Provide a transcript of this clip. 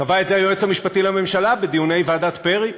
קבע את זה היועץ המשפטי לממשלה בדיוני ועדת פרי,